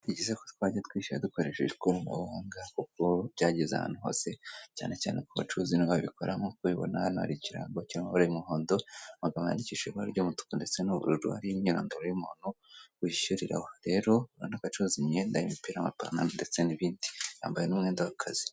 Ni byiza ko twajya twishyura dukoresheje ikorana buhanga, kuko ryageze ahanu hose cyane cyane ku bacuruzi niho babikora, nkuko ubibona hano hari ikirango kiri m'ibara ry'umuhondo, amagambo yandikishije ibara ry'umutuku ndetse n'ubururu hariho imyirondo y'umuntu bishyuriraho, rero urabona ko acuruza imyenda, imipira, amapantaro ndetse n'ibindi.